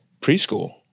preschool